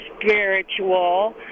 spiritual